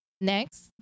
Next